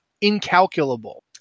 incalculable